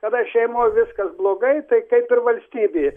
kada šeimoj viskas blogai tai kaip ir valstybė